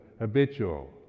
habitual